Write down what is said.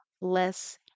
less